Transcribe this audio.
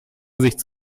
gesicht